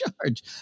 charge